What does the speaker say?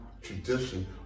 tradition